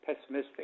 pessimistic